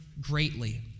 greatly